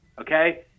okay